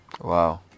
wow